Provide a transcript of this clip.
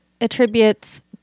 attributes